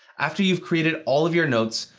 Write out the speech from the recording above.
after you've created all of your notes,